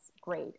great